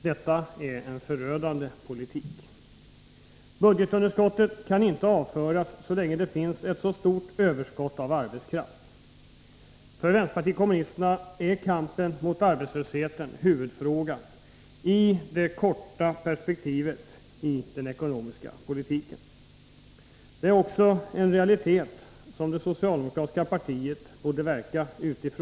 Detta är en förödande politik. Budgetunderskottet kan inte avföras så länge det finns ett stort överskott av arbetskraft. För vänsterpartiet kommunisterna är kampen mot arbetslösheten huvudfrågan i det korta perspektivet i den ekonomiska politiken. Arbetslösheten är vårt allvarligaste problem. Detta är en realitet som också det socialdemokratiska partiet borde verka utifrån.